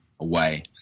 away